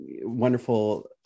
wonderful